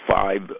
Five